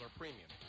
premium